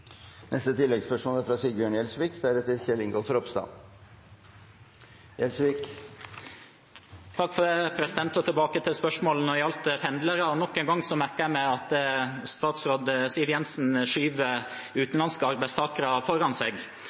Sigbjørn Gjelsvik – til oppfølgingsspørsmål. Tilbake til spørsmålet som gjelder pendlere: Nok en gang merket jeg meg at statsråd Siv Jensen skyver utenlandske arbeidstakere foran seg.